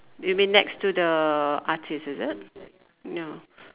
you mean next to the artist is it no